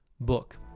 book